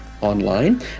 online